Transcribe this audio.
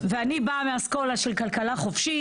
ואני באה מאסכולה של כלכלה חופשית,